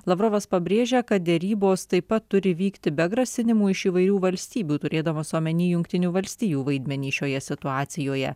lavrovas pabrėžia kad derybos taip pat turi vykti taip be grasinimų iš įvairių valstybių turėdamas omeny jungtinių valstijų vaidmenį šioje situacijoje